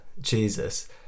jesus